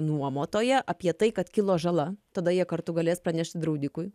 nuomotoją apie tai kad kilo žala tada jie kartu galės pranešti draudikui